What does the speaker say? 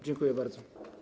Dziękuję bardzo.